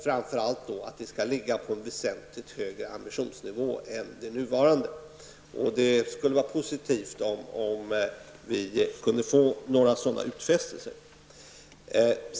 Framför allt skall detta program ligga på en väsentligt högre ambitionsnivå än det nuvarande programmet. Det vore positivt om vi kunde få några sådana utfästelser.